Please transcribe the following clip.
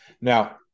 Now